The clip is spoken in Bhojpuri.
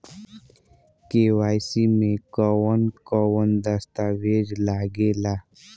के.वाइ.सी में कवन कवन दस्तावेज लागे ला?